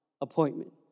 appointment